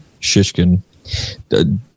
Shishkin